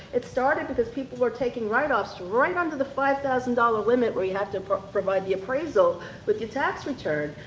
it started because people were taking write-offs right under the five thousand dollar limit where you have to provide the appraisal with your tax return,